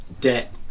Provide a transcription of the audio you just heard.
debt